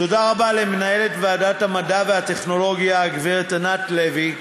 תודה רבה למנהלת ועדת המדע והטכנולוגיה הגברת ענת לוי,